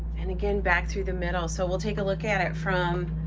and again, back through the middle. so we'll take a look at it from